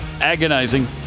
Agonizing